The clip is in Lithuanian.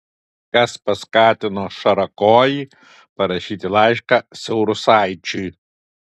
kas paskatino šarakojį parašyti laišką saurusaičiui